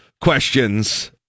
questions